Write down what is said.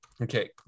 okay